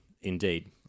indeed